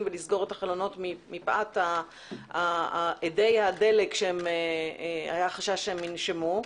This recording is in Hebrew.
ולסגור את החלונות מפאת הדי הדלק שהיה חשש שהם ינשמו.